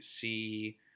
see